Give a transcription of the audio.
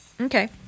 Okay